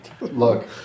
Look